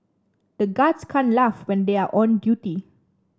the guards can't laugh when they are on duty